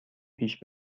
پیش